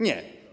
Nie.